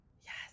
Yes